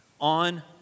On